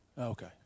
Okay